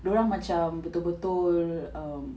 dorang macam betul-betul um